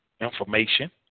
information